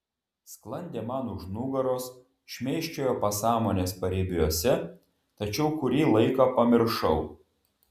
sklandė man už nugaros šmėkščiojo pasąmonės paribiuose tačiau kurį laiką pamiršau